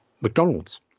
McDonald's